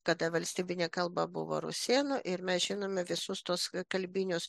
kada valstybinė kalba buvo rusėnų ir mes žinome visus tuos kalbinius